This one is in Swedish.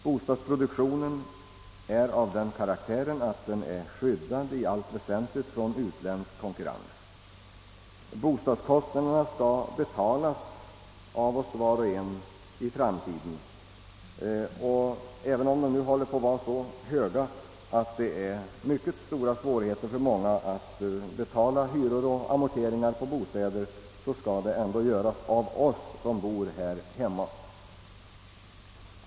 Bostadsproduktionen är av den karaktären att den är skyddad i allt väsentligt från utländsk konkurrens. Bostadskostnaderna skall betalas av oss var och en i framtiden. Även om de nu är på väg att bli så höga att det är mycket stora svårigheter för många att betala hyror och amorteringar skall det ändå göras av oss som bor här hemma.